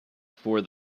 for